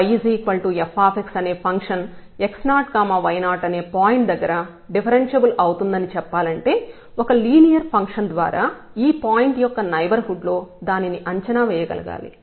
yf అనే function x0 y0 అనే point దగ్గర డిఫరెన్ష్యబుల్ అవుతుందని చెప్పాలంటే ఒక లీనియర్ ఫంక్షన్ ద్వారా ఈ పాయింట్ యొక్క నైబర్హుడ్ లో దానిని అంచనా వేయగలగాలి